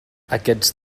aquests